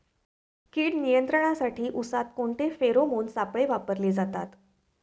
कीड नियंत्रणासाठी उसात कोणते फेरोमोन सापळे वापरले जातात?